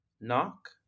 knock